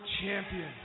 champion